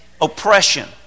oppression